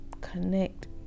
Connect